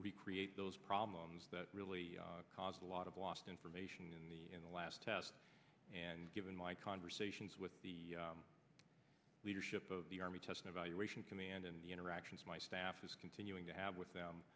create those problems that really caused a lot of lost information in the in the last test and given my conversations with the leadership of the army test evaluation command and the interactions my staff is continuing to have with them